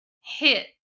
hit